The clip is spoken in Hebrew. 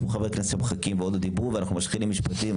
יש פה חברי כנסת שמחכים ועוד לא דיברו ואנחנו משחילים משפטים,